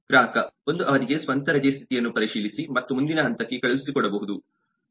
ಗ್ರಾಹಕ ಒಂದು ಅವಧಿಗೆ ಸ್ವಂತ ರಜೆ ಸ್ಥಿತಿಯನ್ನು ಪರಿಶೀಲಿಸಿ ಮತ್ತು ಮುಂದಿನ ಹಂತಕ್ಕೆ ಕಳುಹಿಸಿಕೊಡಬಹುದು